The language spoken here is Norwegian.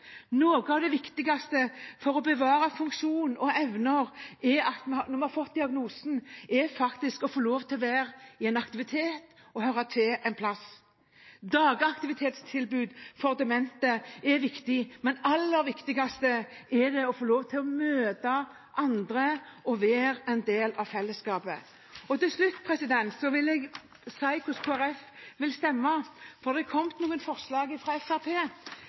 Noe av det viktigste for å bevare funksjon og evner når man har fått diagnosen, er faktisk å få lov til å delta i en aktivitet og høre til et sted. Dagaktivitetstilbud for demente er viktig, men aller viktigst er det å få lov til å møte andre og være en del av fellesskapet. Til slutt vil jeg si hvordan Kristelig Folkeparti vil stemme, for det har kommet noen forslag